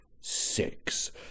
six